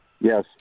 Yes